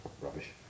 Rubbish